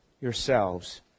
yourselves